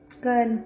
good